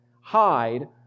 hide